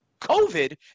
COVID